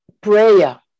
prayer